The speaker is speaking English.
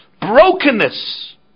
brokenness